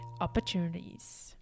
opportunities